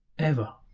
ever